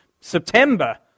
September